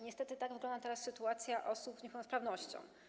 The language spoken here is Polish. Niestety tak wygląda teraz sytuacja osób z niepełnosprawnością.